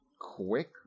quick